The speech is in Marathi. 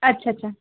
अच्छा अच्छा